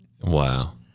Wow